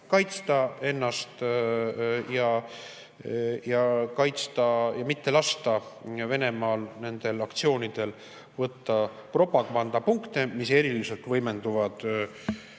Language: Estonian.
kaitsta – kaitsta ennast ja mitte lasta Venemaal nende aktsioonidega võtta propagandapunkte, mis eriliselt võimenduvad